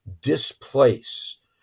Displace